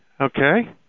Okay